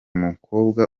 mukobwa